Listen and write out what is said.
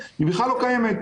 בכלל לא קיימת,